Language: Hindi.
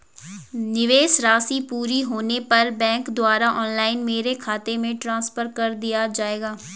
निवेश राशि पूरी होने पर बैंक द्वारा ऑनलाइन मेरे खाते में ट्रांसफर कर दिया जाएगा?